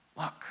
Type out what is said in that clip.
look